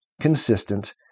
consistent